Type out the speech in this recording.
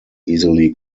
easily